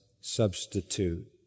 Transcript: substitute